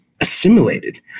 assimilated